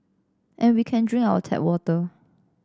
and we can drink our tap water